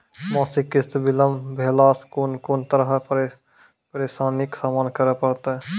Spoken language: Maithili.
मासिक किस्त बिलम्ब भेलासॅ कून कून तरहक परेशानीक सामना करे परतै?